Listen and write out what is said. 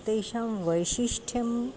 तेषां वैशिष्ट्यं